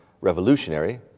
revolutionary